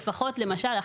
לפחות למשל,